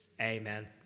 amen